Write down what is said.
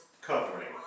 covering